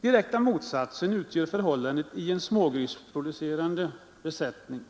Direkta motsatsen utgör förhållandet i smågrisproducerande besättning.